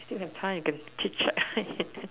still have time can chit chat